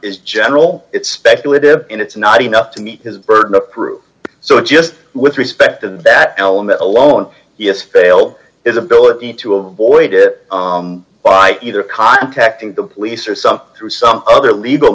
is general it's speculative and it's not enough to meet his burden of proof so it's just with respect to that element alone yes failed his ability to avoid it by either contacting the police or some through some other legal